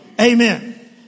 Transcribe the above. Amen